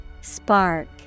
Spark